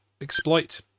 exploit